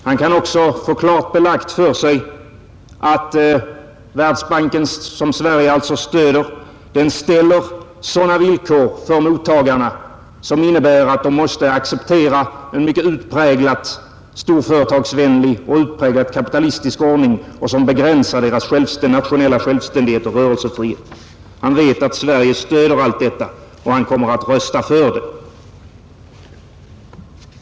Han kan också få klart belagt för sig att Världsbanken, som Sverige alltså stöder, ställer sådana villkor för mottagarna som innebär att de måste acceptera en mycket utpräglad storföretagsvänlig och kapitalistisk ordning, som begränsar deras nationella självständighet och rörelsefrihet. Han vet att Sverige stöder allt detta, och han kommer att rösta för det.